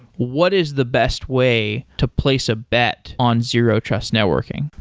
what is the best way to place a bet on zero-trust networking?